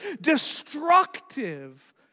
destructive